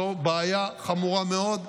זו בעיה חמורה מאוד.